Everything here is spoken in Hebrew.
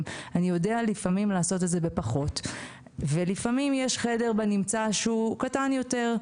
שהיא יודעת לפעמים לעשות את זה בפחות ולפעמים יש חדר בנמצא שהוא קטן יותר,